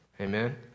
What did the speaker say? Amen